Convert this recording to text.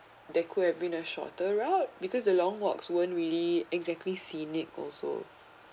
there could have been a shorter route because along walks weren't really exactly scenic also